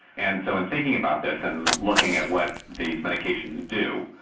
and so in thinking about this and looking at what these medications do,